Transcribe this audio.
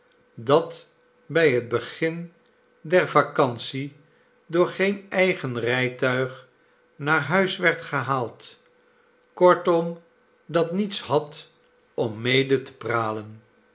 dat bij het begin der vacantie door geen eigen rijtuig naar huis werd gehaald kortom dat niets had om mede te pralen